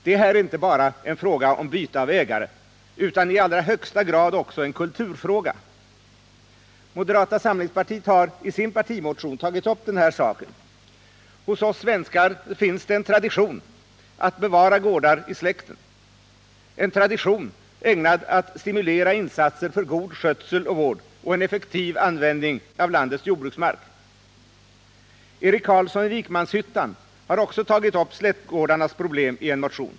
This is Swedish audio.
Det är här inte bara en fråga om byte av ägare utan i allra högsta grad också en kulturfråga. Moderata samlingspartiet har i sin partimotion tagit upp den saken och framhållit, att det hos oss svenskar finns en tradition att bevara gårdar i släkten, en tradition ägnad att stimulera insatser för god skötsel och vård och en effektiv användning av landets jordbruksmark. Också Eric Carlsson har tagit upp släktgårdarnas problem i en motion.